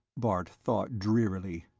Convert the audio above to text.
bart thought drearily.